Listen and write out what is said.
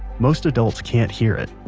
most adults can't hear it,